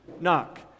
knock